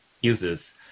uses